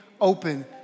open